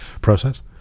process